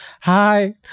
Hi